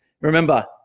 remember